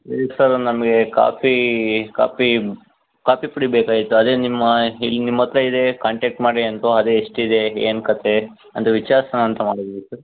ಇಲ್ಲ ಸರ್ ನಮಗೆ coffee coffee coffee ಪುಡಿ ಬೇಕಾಗಿತ್ತು ಅದೇ ನಿಮ್ಮ ಇಲ್ಲಿ ನಿಮ್ಮತ್ತಿರ ಇದೆ ಕಾಂಟಾಕ್ಟ್ ಮಾಡಿ ಅಂತು ಅದೇ ಎಷ್ಟಿದೆ ಏನು ಕತೆ ಅಂತ ವಿಚಾರಿಸಣ ಅಂತ ಮಾಡಿದ್ವಿ ಸರ್